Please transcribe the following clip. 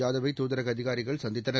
ஜாதவ்வைதாதரகஅதிகாரிகள் சந்தித்தனர்